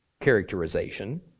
characterization